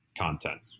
content